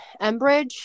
Embridge